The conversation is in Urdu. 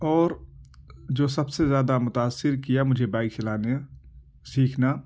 اور جو سب سے زیادہ متاثر کیا مجھے بائک چلانے سیکھنا